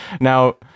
Now